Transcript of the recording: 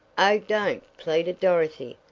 oh, don't, pleaded dorothy.